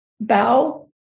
bow